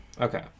Okay